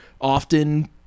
often